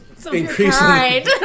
Increasingly